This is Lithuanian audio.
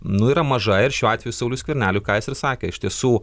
nu yra maža ir šiuo atveju sauliui skverneliui ką jis ir sakė iš tiesų